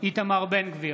איתמר בן גביר,